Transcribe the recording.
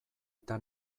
eta